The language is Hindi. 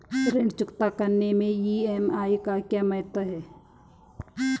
ऋण चुकता करने मैं ई.एम.आई का क्या महत्व है?